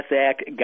act